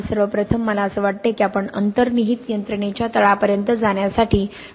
सर्व प्रथम मला असे वाटते की आपण अंतर्निहित यंत्रणेच्या तळापर्यंत जाण्यासाठी खरोखर प्रक्रिया प्रगती करत आहोत